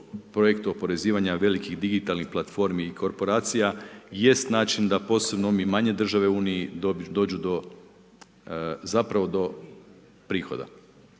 projekt oporezivanja velikih digitalnih platformi i koorporacija jeste način da posebno mi manje države u uniji dođu do zapravo do prihoda.